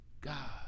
God